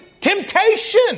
temptation